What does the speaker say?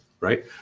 right